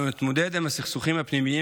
אנו נתמודד עם הסכסוכים הפנימיים